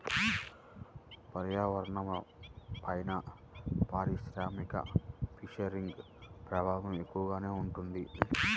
పర్యావరణంపైన పారిశ్రామిక ఫిషింగ్ ప్రభావం ఎక్కువగానే ఉంటుంది